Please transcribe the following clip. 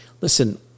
Listen